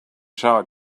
shower